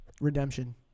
Redemption